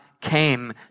came